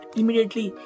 immediately